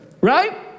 Right